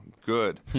good